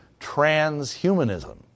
transhumanism